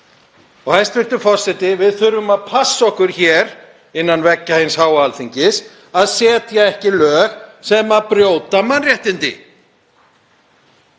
Hæstv. forseti. Við þurfum að passa okkur hér innan veggja hins háa Alþingis að setja ekki lög sem brjóta mannréttindi.